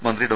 മന്ത്രി ഡോ